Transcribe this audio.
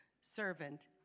servant